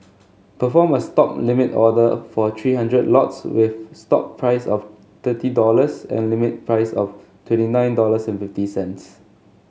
perform a stop limit order for three hundred lots with stop price of thirty dollars and limit price of twenty nine dollars and fifty cents